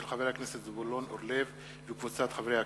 של חבר הכנסת זבולון אורלב וקבוצת חברי הכנסת,